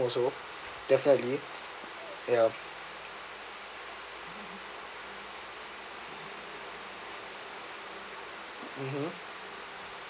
also definitely ya mmhmm